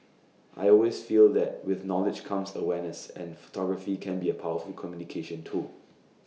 I always feel that with knowledge comes awareness and photography can be A powerful communication tool